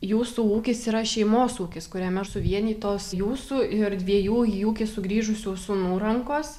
jūsų ūkis yra šeimos ūkis kuriame suvienytos jūsų ir dviejų į ūkį sugrįžusių sūnų rankos